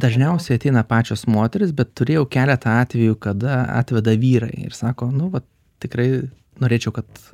dažniausiai ateina pačios moterys bet turėjau keletą atvejų kada atveda vyrai ir sako nu vat tikrai norėčiau kad